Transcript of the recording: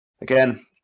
Again